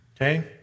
Okay